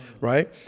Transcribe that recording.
right